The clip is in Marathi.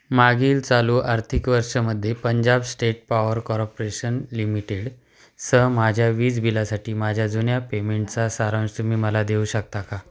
मागील चालू आर्थिक वर्षमध्ये Punjab state power corporation limited सह माझ्या वीज बिलासाठी माझ्या जुन्या पेमेंटचा सारांश तुम्ही मला देऊ शकता का